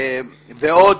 ועוד.